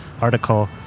article